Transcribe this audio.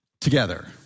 Together